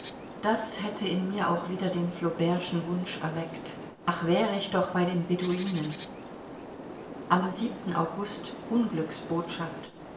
das hätte in mir auch wieder den flaubertschen wunsch erweckt ach wär ich doch bei den beduinen am august